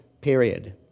period